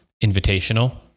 Invitational